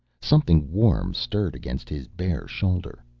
something warm stirred against his bare shoulder.